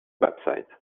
website